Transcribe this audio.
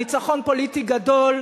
ניצחון פוליטי גדול,